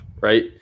right